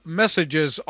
messages